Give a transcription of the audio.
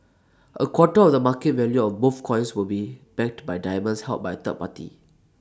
A quarter of the market value of both coins will be backed by diamonds held by third party